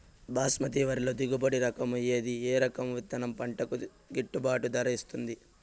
బాస్మతి వరిలో దిగుబడి రకము ఏది ఏ రకము విత్తనం పంటకు గిట్టుబాటు ధర ఇస్తుంది